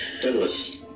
Douglas